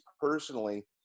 personally